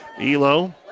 Elo